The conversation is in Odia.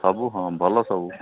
ସବୁ ହଁ ଭଲ ସବୁ